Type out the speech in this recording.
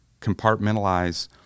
compartmentalize